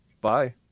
Bye